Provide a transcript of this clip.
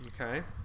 Okay